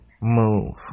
move